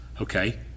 Okay